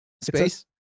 space